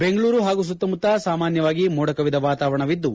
ಬೆಂಗಳೂರು ಹಾಗೂ ಸುತ್ತಮುತ್ತ ಸಾಮಾನ್ಯವಾಗಿ ಮೋಡ ಕವಿದ ವಾತಾವರಣವಿದ್ದು